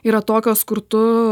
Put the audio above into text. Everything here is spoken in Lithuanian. yra tokios kur tu